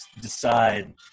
decide